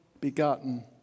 begotten